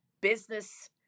business